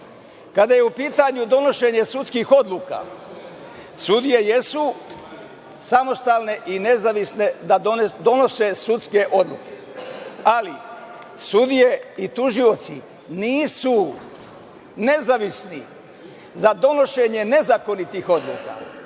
kada je u pitanju donošenje sudskih odluka, sudije jesu samostalne i nezavisne da donose sudske odluke, ali sudije i tužioci nisu nezavisni za donošenje nezakonitih odluka,